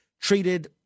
treated